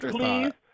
Please